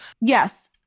Yes